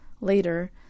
later